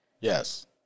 Yes